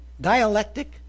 dialectic